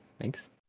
thanks